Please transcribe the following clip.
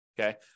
Okay